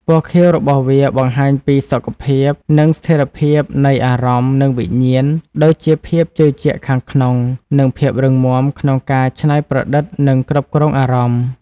ពណ៌ខៀវរបស់វាបង្ហាញពីសុខភាព និងស្ថិរភាពនៃអារម្មណ៍ និងវិញ្ញាណ ដូចជាភាពជឿជាក់ខាងក្នុង និងភាពរឹងមាំក្នុងការច្នៃប្រឌិតនិងគ្រប់គ្រងអារម្មណ៍។